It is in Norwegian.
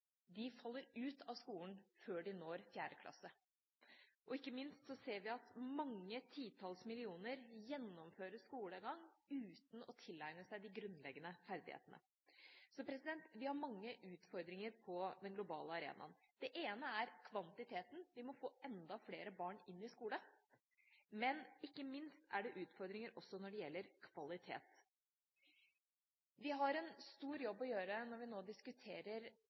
faller ut av skolen før de når 4. klasse – ikke minst ser vi at mange titalls millioner gjennomfører skolegang uten å tilegne seg de grunnleggende ferdighetene. Så vi har mange utfordringer på den globale arenaen. Den ene er kvantiteten – vi må få enda flere barn inn i skole – men ikke minst er det utfordringer også når det gjelder kvalitet. Vi har en stor jobb å gjøre når vi nå diskuterer